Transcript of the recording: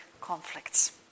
conflicts